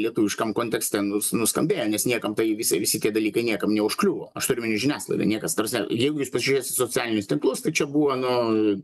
lietuviškam kontekste nuskambėjo nes niekam tai visi visi tie dalykai niekam neužkliūvo aš turiu omeny žiniasklaidą niekas ta prasme jeigu jūs pažiūrėsit socialinius tinklus tai čia buvo nu